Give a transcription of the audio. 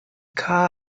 car